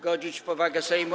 godzić w powagę Sejmu.